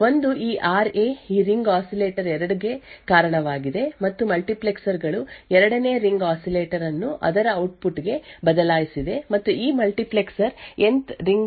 ಒಂದು ಈ R A ಈ ರಿಂಗ್ ಆಸಿಲೇಟರ್ 2 ಗೆ ಕಾರಣವಾಗಿದೆ ಮತ್ತು ಮಲ್ಟಿಪ್ಲೆಕ್ಸರ್ ಗಳು 2 ನೇ ರಿಂಗ್ ಆಸಿಲೇಟರ್ ಅನ್ನು ಅದರ ಔಟ್ಪುಟ್ ಗೆ ಬದಲಾಯಿಸಿದೆ ಮತ್ತು ಈ ಮಲ್ಟಿಪ್ಲೆಕ್ಸರ್ ಎನ್ತ್ ರಿಂಗ್ ಆಸಿಲೇಟರ್ ಅನ್ನು ಆರ್ ಬಿ ಗೆ ಬದಲಾಯಿಸಿದೆ